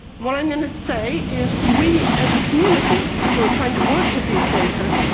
what i'm going to say is we as a community who are trying to work with these data,